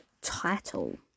title